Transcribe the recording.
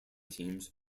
teams